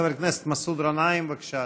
חבר הכנסת מסעוד גנאים, בבקשה,